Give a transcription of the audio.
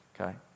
Okay